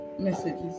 messages